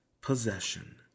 possession